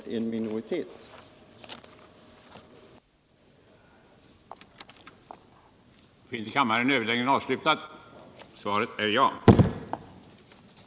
den det ej vill röstar nej.